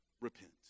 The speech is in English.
Repent